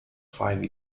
five